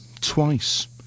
twice